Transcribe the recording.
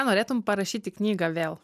ar norėtum parašyti knygą vėl